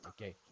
Okay